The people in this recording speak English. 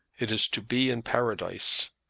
it is to be in paradise.